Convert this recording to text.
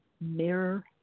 Mirror